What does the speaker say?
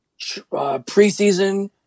preseason